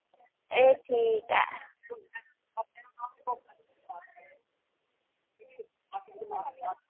ए ठीक ऐ